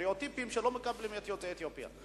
וסטריאוטיפים לא מקבלים את יוצאי אתיופיה.